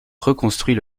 reconstruit